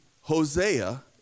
Hosea